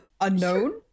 Unknown